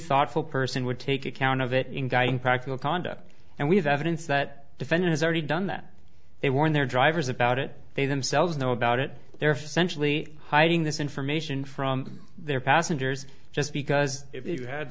thoughtful person would take account of it in guy impact and conduct and we have evidence that the senate has already done that they were in their drivers about it they themselves know about it they're centrally hiding this information from their passengers just because if you had